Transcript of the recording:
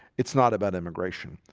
it's not about immigration.